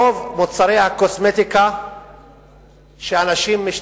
רוב מוצרי הקוסמטיקה שאנשים,